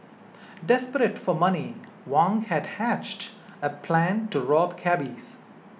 desperate for money Wang had hatched a plan to rob cabbies